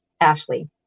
Ashley